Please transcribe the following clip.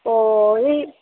তো ওই